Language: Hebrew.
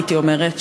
הייתי אומרת,